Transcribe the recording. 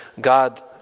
God